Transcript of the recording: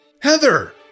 Heather